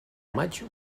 maig